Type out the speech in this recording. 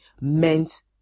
meant